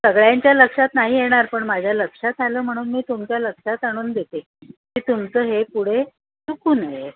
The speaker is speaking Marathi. सगळ्यांच्या लक्षात नाही येणार पण माझ्या लक्षात आलं म्हणून मी तुमच्या लक्षात आणून देते की तुमचं हे पुढे चुकू नये